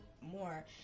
more